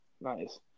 nice